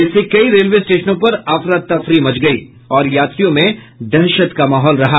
इससे कई रेलवे स्टेशनों पर अफरा तफरी मच गयी और यात्रियों में दहशत का माहौल रहा